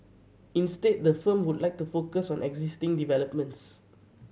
instead the firm would like to focus on existing developments